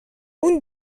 اون